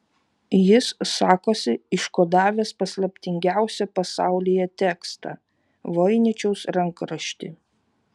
jis sakosi iškodavęs paslaptingiausią pasaulyje tekstą voiničiaus rankraštį